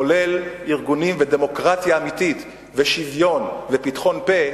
כולל ארגונים ודמוקרטיה אמיתית ושוויון ופתחון-פה,